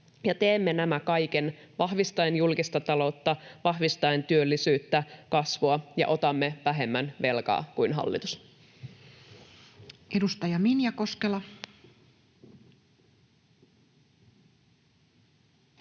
Teemme tämän kaiken vahvistaen julkista taloutta, vahvistaen työllisyyttä ja kasvua ja otamme vähemmän velkaa kuin hallitus. [Speech 190] Speaker: